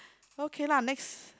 okay lah next